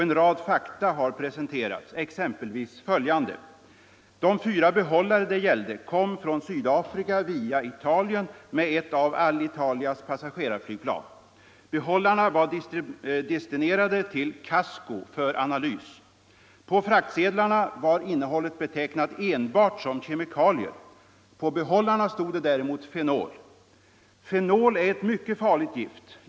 En rad fakta har presenterats, exempelvis följande: De fyra behållare det gällde kom från Sydafrika via Italien med ett av Alitalias passagerarflygplan. Behållarna var destinerade till Casco för analys. På fraktsedlarna var innehållet betecknat enbart som kemikalier. På behållarna stod det däremot fenol. Fenol är ett mycket farligt gift.